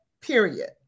Period